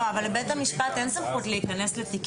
אבל לבית-המשפט אין סמכות להיכנס לתיק